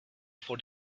for